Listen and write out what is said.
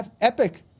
epic